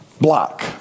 block